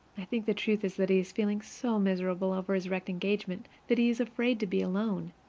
i think the truth is that he is feeling so miserable over his wrecked engagement that he is afraid to be alone.